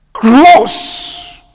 Close